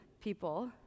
people